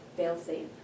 fail-safe